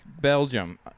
Belgium